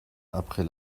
après